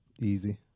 Easy